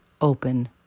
open